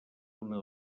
una